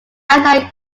outline